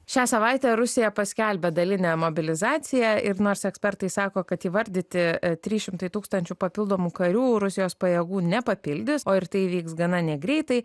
šią savaitę rusija paskelbė dalinę mobilizaciją ir nors ekspertai sako kad įvardyti trys a šimtai tūkstančių papildomų karių rusijos pajėgų nepapildys o ir tai įvyks gana negreitai